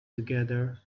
together